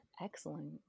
excellent